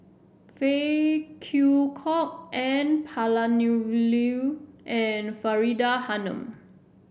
Phey Kew Kok N Palanivelu and Faridah Hanum